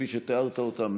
כפי שתיארת אותם,